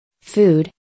Food